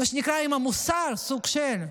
מה שנקרא עם מוסר, סוג של,